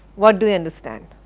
what do you understand?